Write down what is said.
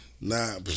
Nah